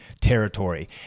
territory